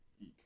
Eek